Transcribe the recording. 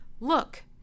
Look